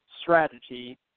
strategy